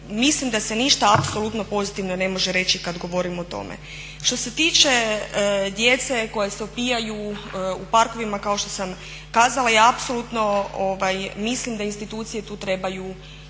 mislim da se ništa apsolutno pozitivno ne može reći kad govorimo o tome. Što se tiče djeca koja se opijaju u parkovima kao što sam kazala, ja apsolutno mislim da institucije tu trebaju